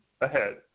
ahead